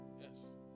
Yes